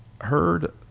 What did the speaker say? heard